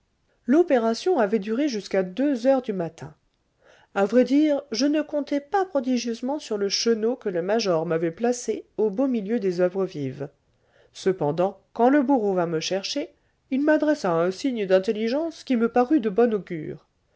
l'opération avait duré jusqu'à deux heures du matin a vrai dire je ne comptais pas prodigieusement sur le cheneau que le major m'avait placé au beau milieu des oeuvres vives cependant quand le bourreau vint me chercher il m'adressa un signe d'intelligence qui me parut de bon augure